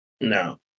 No